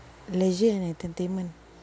leisure and entertainment